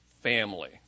family